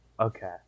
Okay